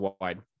wide